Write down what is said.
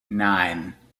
nine